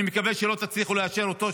אני מקווה שלא תצליחו לאשר אותו,